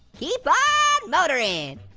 keep on motoring.